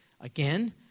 Again